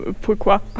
Pourquoi